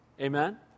Amen